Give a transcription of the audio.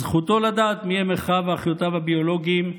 זכותו לדעת מיהם אחיו ואחיותיו הביולוגיים,